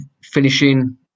finishing